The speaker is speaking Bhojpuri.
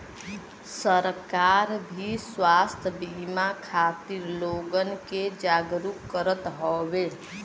सरकार भी स्वास्थ बिमा खातिर लोगन के जागरूक करत हउवे